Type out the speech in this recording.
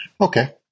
Okay